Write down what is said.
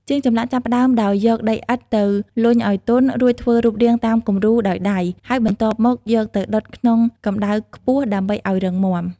ជាងចម្លាក់ចាប់ផ្ដើមដោយយកដីឥដ្ឋទៅលុញឱ្យទន់ រួចធ្វើរូបរាងតាមគំរូដោយដៃ ហើយបន្ទាប់មកយកទៅដុតក្នុងកម្ដៅខ្ពស់ដើម្បីឱ្យរឹងមាំ។